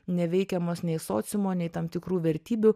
neveikiamas nei sociumo nei tam tikrų vertybių